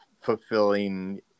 fulfilling